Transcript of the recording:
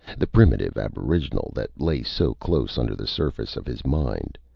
the primitive aboriginal that lay so close under the surface of his mind,